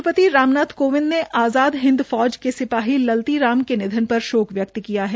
राष्ट्रपति राम नाथ कोविंद ने आज़ाद हिंद फौज के सिपाही ललती राम के निधन पर शोक व्यक्त किया है